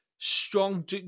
strong